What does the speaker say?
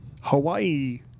Hawaii